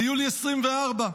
ביולי 2024,